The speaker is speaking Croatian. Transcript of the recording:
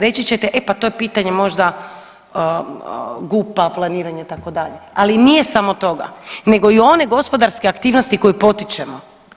Reći ćete e pa to je pitanje možda GUP-a, planiranja itd., ali nije samo toga nego i one gospodarske aktivnosti koju potičemo.